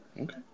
okay